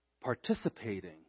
participating